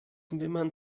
wimmern